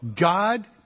God